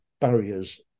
barriers